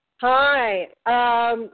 Hi